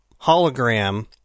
hologram